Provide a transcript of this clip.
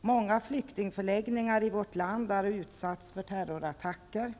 Många flyktingförläggningar i vårt land har utsatts för terrorattacker.